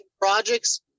projects